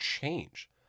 change